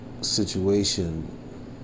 situation